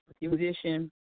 musician